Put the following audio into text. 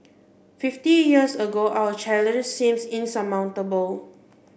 fifty years ago our challenges seemed insurmountable